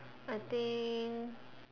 I think